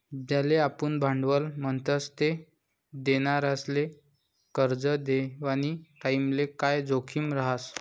ज्याले आपुन भांडवल म्हणतस ते देनारासले करजं देवानी टाईमले काय जोखीम रहास